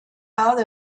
out